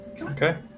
Okay